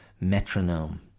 metronome